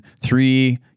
three